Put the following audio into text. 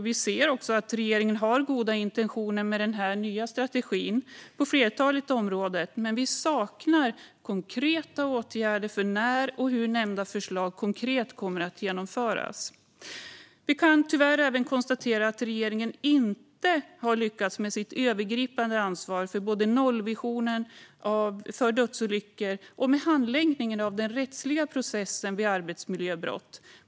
Vi ser att regeringen har goda intentioner med den nya strategin på flertalet områden, men vi saknar förslag på konkreta åtgärder och svar på när och hur nämnda förslag kommer att genomföras. Vi kan tyvärr även konstatera att regeringen inte har lyckats ta sitt övergripande ansvar för vare sig nollvisionen för dödsolyckor eller handläggningen av den rättsliga processen vid arbetsmiljöbrott.